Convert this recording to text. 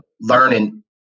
learning